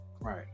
right